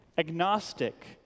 agnostic